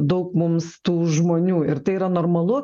daug mums tų žmonių ir tai yra normalu